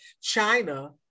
China